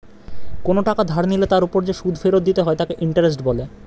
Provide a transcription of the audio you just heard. কোনো টাকা ধার নিলে তার উপর যে সুদ ফেরত দিতে হয় তাকে ইন্টারেস্ট বলে